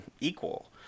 equal